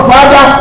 Father